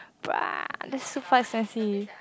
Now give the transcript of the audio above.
bruh that's super sassy